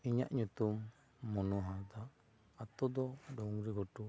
ᱤᱧᱟᱹᱜ ᱧᱩᱛᱩᱢ ᱢᱚᱱᱚ ᱦᱟᱸᱥᱫᱟ ᱟᱛᱳ ᱫᱚ ᱰᱩᱝᱨᱤ ᱜᱷᱩᱴᱩ